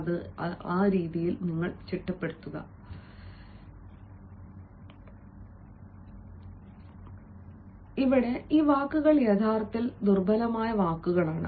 എനിക്ക് പറയാനുണ്ടെങ്കിൽ ഈ വാക്കുകൾ യഥാർത്ഥത്തിൽ ദുർബലമായ വാക്കുകളാണ്